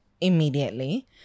immediately